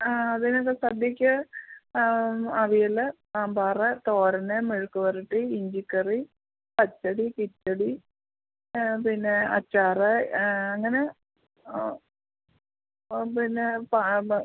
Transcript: ആ അതിന് എന്താ സദ്യയ്ക്ക് അവിയൽ സാമ്പാറ് തോരൻ മെഴുക്ക്പിരട്ടി ഇഞ്ചിക്കറി പച്ചടി കിച്ചടി പിന്നെ അച്ചാറ് അങ്ങനെ ഓ അപ്പം പിന്നെ